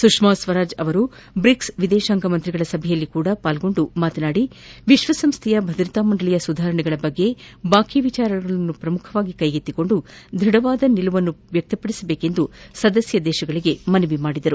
ಸುಷ್ಮಾ ಸ್ವರಾಜ್ ಅವರು ಬ್ರಿಕ್ಸ್ ವಿದೇಶಾಂಗ ಸಚಿವರುಗಳ ಸಭೆಯಲ್ಲಿಯೂ ಪಾಲ್ಗೊಂಡು ಮಾತನಾದಿ ವಿಶ್ವಸಂಸ್ಣೆಯ ಭದ್ರತಾ ಮಂಡಳಿಯ ಸುಧಾರಣೆಗಳ ಕುರಿತ ಬಾಕಿ ವಿಚಾರಗಳನ್ನು ಪ್ರಮುಖವಾಗಿ ಕೈಗೆತ್ತಿಕೊಂಡು ದೃಢ ನಿಲುವನ್ನು ವ್ಯಕ್ತಪದಿಸಬೇಕೆಂದು ಸದಸ್ಯ ರಾಷ್ಟ್ಗಳಿಗೆ ಮನವಿ ಮಾಡಿದರು